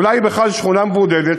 אולי היא בכלל שכונה מבודדת,